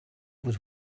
was